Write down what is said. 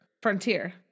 Frontier